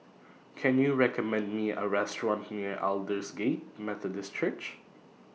Can YOU recommend Me A Restaurant near Aldersgate Methodist Church